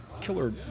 killer